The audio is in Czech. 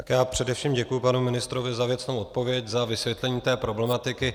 Já především děkuji panu ministrovi za věcnou odpověď, za vysvětlení té problematiky.